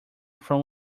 from